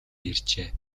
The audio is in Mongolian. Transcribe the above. иржээ